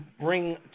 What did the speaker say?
bring